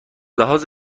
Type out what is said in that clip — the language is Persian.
لحاظ